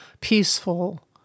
peaceful